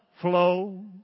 flow